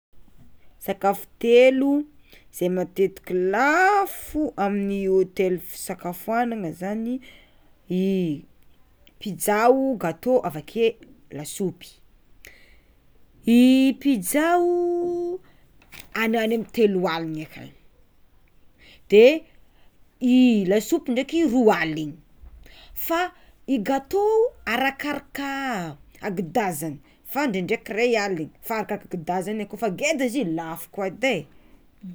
Sakafo telo ze matetiky lafo amin'ny hôtely fisakafoanana zany i pizza o, gateau, avakeo lasopy, i pizza o any ho any amy telo aligny, de i lasopy ndraiky roa aligny, fa i gateau arakaraka angedazana fa ndraindraiky ray aligny fa arakaraka angedazana e kôfa ngeda izy io lafo koa edy e.